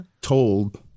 told